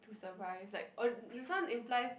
to survive like on~ this one implies that